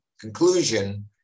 conclusion